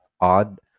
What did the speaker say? odd